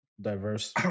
diverse